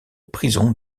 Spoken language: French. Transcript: prison